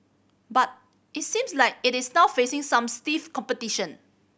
but it seems like it is now facing some stiff competition